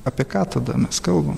apie ką tada mes kalbam